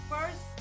first